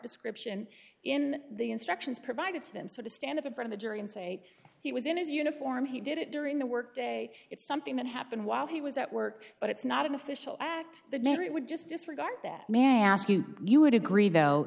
description in the instructions provided to them so the standard for the jury and say he was in his uniform he did it during the work day it's something that happened while he was at work but it's not an official act the diary would just disregard that man ask you you would agree though